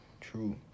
true